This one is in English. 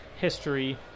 history